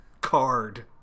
card